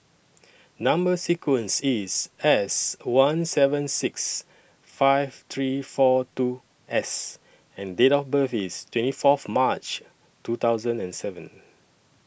Number sequence IS S one seven six five three four two S and Date of birth IS twenty Fourth March two thousand and seven